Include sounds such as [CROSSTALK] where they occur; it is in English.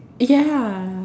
[NOISE] ya